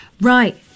Right